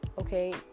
okay